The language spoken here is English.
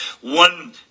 one